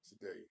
today